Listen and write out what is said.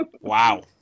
Wow